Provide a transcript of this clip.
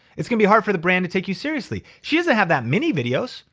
it's gonna be hard for the brand to take you seriously. she doesn't have that many videos.